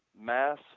mass